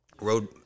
Road